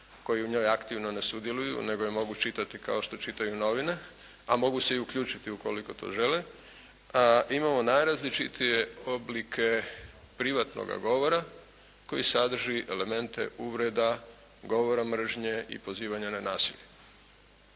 koji u njoj aktivno ne sudjeluju nego je mogu čitati kao što čitaju novine a mogu se i uključiti ukoliko to žele. Imamo najrazličitije oblike privatnog govora koji sadrži elemente uvreda, govora mržnje i pozivanja na nasilje.